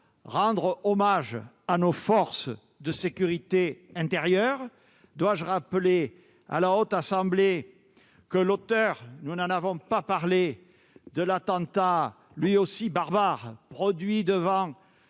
rendre hommage à nos forces de sécurité intérieure. Dois-je rappeler à la Haute Assemblée que l'auteur de l'attentat, lui aussi barbare, perpétré devant